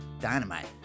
dynamite